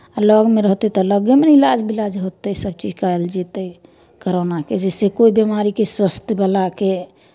आ लगमे रहतै तऽ लगेमे ने इलाज विलाज होतै सभ चीज करायल जेतै करोनाके जइसे कोइ बिमारीके स्वस्थ भेलाके